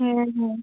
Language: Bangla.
হ্যাঁ হ্যাঁ